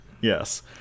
Yes